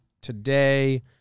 today